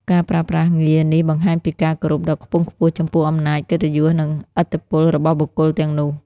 ការប្រើប្រាស់ងារនេះបង្ហាញពីការគោរពដ៏ខ្ពង់ខ្ពស់ចំពោះអំណាច កិត្តិយស និងឥទ្ធិពលរបស់បុគ្គលទាំងនោះ។